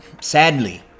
sadly